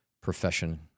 profession